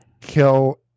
kill